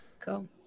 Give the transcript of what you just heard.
cool